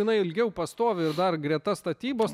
jinai ilgiau pastovi ir dar greta statybos